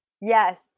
Yes